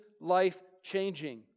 life-changing